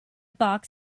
box